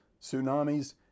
tsunamis